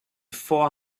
four